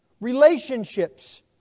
relationships